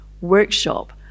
workshop